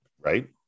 Right